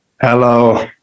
hello